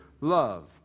love